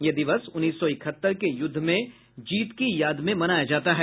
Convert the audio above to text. यह दिवस उन्नीस सौ इकहत्तर के युद्ध में जीत की याद में मनाया जाता है